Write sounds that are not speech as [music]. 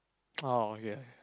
[noise] oh okay okay